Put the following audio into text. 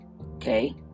Okay